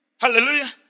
Hallelujah